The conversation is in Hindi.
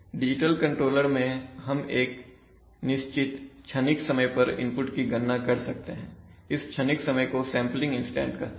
डिजिटल कंट्रोलर में हम एक निश्चित क्षणिक समय पर इनपुट की गणना कर सकते हैं इस क्षणिक समय को सेंपलिंग इंसटेंट कहते हैं